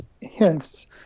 hints